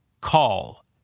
call